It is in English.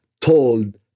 told